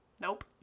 nope